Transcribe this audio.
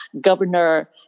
Governor